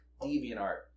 DeviantArt